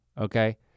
okay